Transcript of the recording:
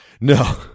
No